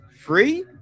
free